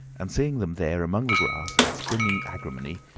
and seeing them there among the grass and springing agrimony,